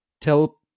tell